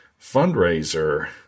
fundraiser